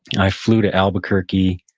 and i flew to albuquerque